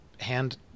Hand